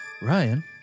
Ryan